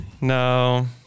No